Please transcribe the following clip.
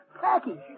Package